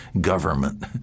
government